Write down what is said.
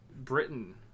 Britain